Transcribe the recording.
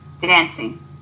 Dancing